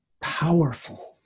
powerful